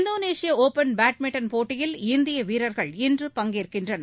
இந்தோனேஷியஒபன் badminton போட்டியில் இந்தியவீரர்கள் இன்று பங்கேற்கின்றனர்